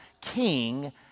king